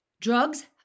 drugs